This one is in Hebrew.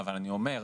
אבל אני אומר,